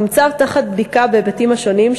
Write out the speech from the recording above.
נמצאים תחת בדיקה בהיבטים השונים,